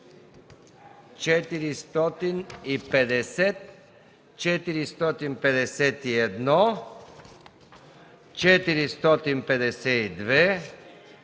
450, 451, 452,